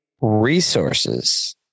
resources